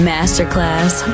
Masterclass